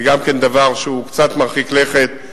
זה גם כן דבר שהוא קצת מרחיק לכת.